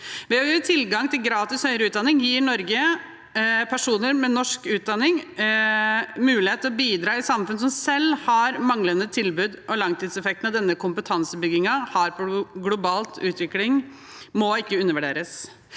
Ved å gi tilgang til gratis høyere utdanning gir Norge personer med norsk utdanning mulighet til å bidra i samfunn som selv har manglende tilbud, og langtidseffektene denne kompetansebyggingen har på global utvikling, må ikke undervurderes.